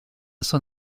son